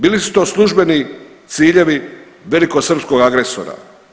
Bili su to službeni ciljevi velikosrpskog agresora.